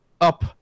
up